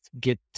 get